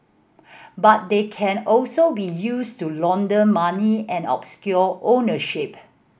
but they can also be used to launder money and obscure ownership